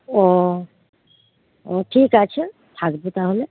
ও ঠিক আছে থাকবে তাহলে